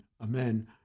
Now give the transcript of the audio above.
Amen